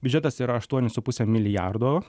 biudžetas yra aštuonis su puse milijardo